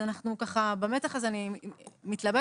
אם כן, במתח הזה אני מתלבטת.